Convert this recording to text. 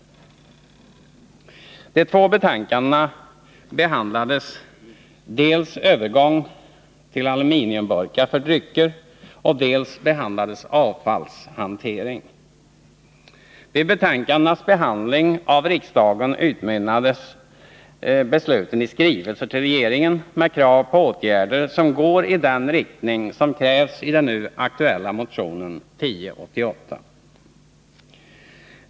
I de två betänkandena behandlades dels övergång till aluminiumburkar för drycker, dels avfallshantering. Vid riksdagens behandling av betänkandena utmynnade besluten i skrivelser till regeringen med krav på åtgärder som går i den riktning som krävs i den nu aktuella motionen 1088.